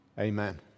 Amen